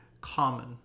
common